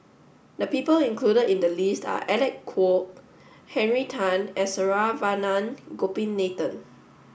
the people included in the list are Alec Kuok Henry Tan and Saravanan Gopinathan